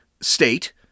state